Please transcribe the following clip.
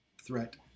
threat